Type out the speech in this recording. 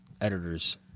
editor's